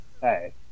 hey